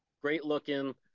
Great-looking